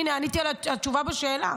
הינה, עניתי, התשובה בשאלה.